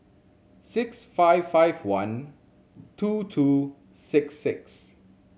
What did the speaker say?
six five five one two two six six